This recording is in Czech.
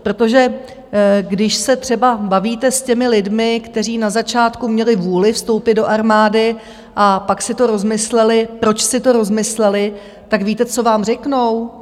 Protože když se třeba bavíte s těmi lidmi, kteří na začátku měli vůli vstoupit do armády a pak si to rozmysleli, proč si to rozmysleli, tak víte, co vám řeknou?